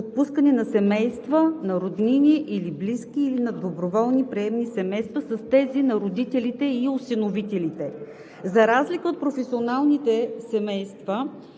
отпускани на семейства, роднини или близки, или на доброволни приемни семейства с тези на родителите и осиновителите. За разлика от професионалните семейства